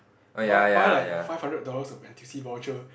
buy buy like five hundred dollars of n_t_u_c voucher